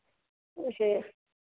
उससे